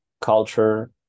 culture